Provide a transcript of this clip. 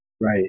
Right